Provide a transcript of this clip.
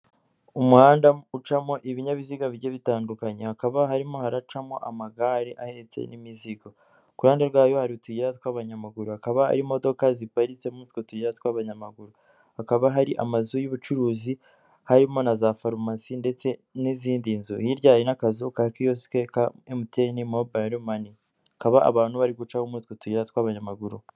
Umuhanda ucamo ibinyabiziga bijye bitandukanye, hakaba harimo haracamo amagare ahetse n'imizigo, ku ruhande rwayo harirutuya tw'abanyamaguru, hakaba hari imodoka ziparitsemo, utwo tuyira tw'abanyamaguru, hakaba hari amazu y'ubucuruzi harimo na za farumasi ndetse n'izindi nzu hiryaye n'akazu ka kiyosikek ka emutiyeni mubayiro mani hakaba abantu bari gucamo utwo tuyi tw'abanyamaguru.